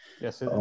Yes